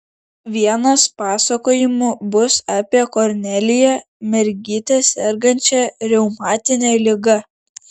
vienas pasakojimų bus apie korneliją mergytę sergančią reumatine liga